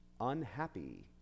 unhappy